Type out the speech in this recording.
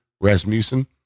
Rasmussen